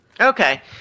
Okay